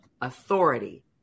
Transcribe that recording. authority